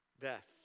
death